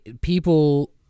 people